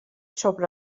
sobre